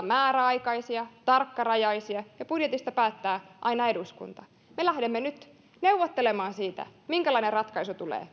määräaikaisia tarkkarajaisia ja budjetista päättää aina eduskunta me lähdemme nyt neuvottelemaan siitä minkälainen ratkaisu tulee